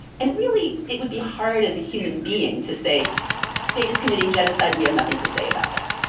and really it would be hard as a human being to say state is committing genocide, we have nothing to say about that.